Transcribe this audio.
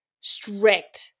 strict